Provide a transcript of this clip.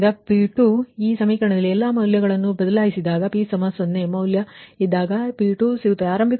ಆದ್ದರಿಂದ P2 ಈ ಸಮೀಕರಣದಲ್ಲಿ ಎಲ್ಲಾ ಮೌಲ್ಯಗಳನ್ನು ಬದಲಿಸಿದಾಗ p 0 ಮೌಲ್ಯ ಇದ್ದಾಗ ಲೆಕ್ಕಹಾಕಲಾದ P2 ಸಿಗುತ್ತದೆ